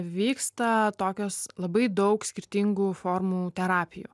vyksta tokios labai daug skirtingų formų terapijų